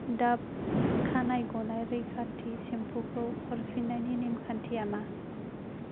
dove खानाय गनाय रैखाथि सेम्पुखौ हरफिन्नायनि नेमखान्थिया मा